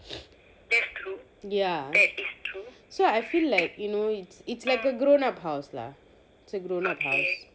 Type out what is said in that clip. ya so I feel like you know it's it's like a grown up house lah it is a grown up house